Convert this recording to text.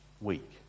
week